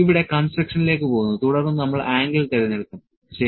ഇവിടെ കൺസ്ട്രക്ഷനിലക്ക് പോകുന്നു തുടർന്ന് നമ്മൾ ആംഗിൾ തിരഞ്ഞെടുക്കും ശരി